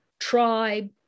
tribe